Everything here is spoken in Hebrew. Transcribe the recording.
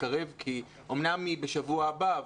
קרב כי אמנם הדיון עליה יהיה בשבוע הבא,